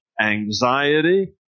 anxiety